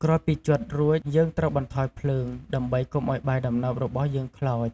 ក្រោយពីជាត់រួច យើងត្រូវបន្ថយភ្លើង ដើម្បីកុំឱ្យបាយដំណើបរបស់យើងខ្លោច។